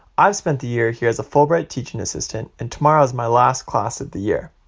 i've spent the year here as a fulbright teaching assistant, and tomorrow's my last class of the year.